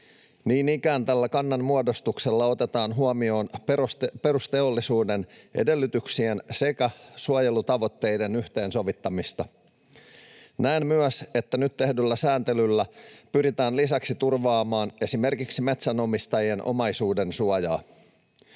Niin ikään tällä kannanmuodostuksella otetaan huomioon perusteollisuuden edellytyksien sekä suojelutavoitteiden yhteensovittamista. Näen myös, että nyt tehdyllä sääntelyllä pyritään lisäksi turvaamaan esimerkiksi metsänomistajien omaisuudensuojaa.